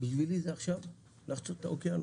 בשבילי זה עכשיו לחצות את האוקיינוס,